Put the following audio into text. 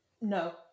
No